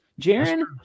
Jaron